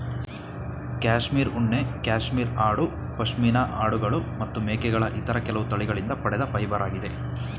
cashmere ಉಣ್ಣೆ cashmere ಆಡು ಪಶ್ಮಿನಾ ಆಡುಗಳು ಮತ್ತು ಮೇಕೆಗಳ ಇತರ ಕೆಲವು ತಳಿಗಳಿಂದ ಪಡೆದ ಫೈಬರಾಗಿದೆ